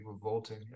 revolting